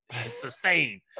sustain